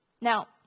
Now